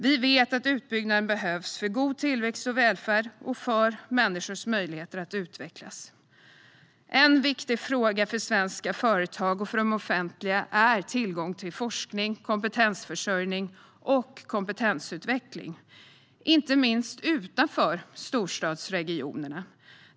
Vi vet att utbyggnaden behövs för god tillväxt och välfärd och för människors möjligheter att utvecklas. En viktig fråga för svenska företag och för den offentliga verksamheten är tillgång till forskning, kompetensförsörjning och kompetensutveckling, inte minst utanför storstadsregionerna.